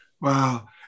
Wow